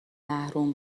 محروم